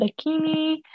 Bikini